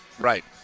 Right